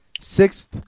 Sixth